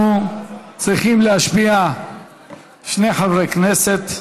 אנחנו צריכים להשביע שני חברי כנסת,